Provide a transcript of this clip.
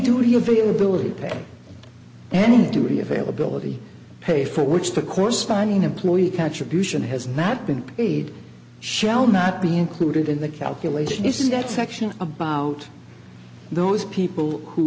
a availability pay for which the corresponding employee contribution has not been paid shall not be included in the calculation is that section about those people who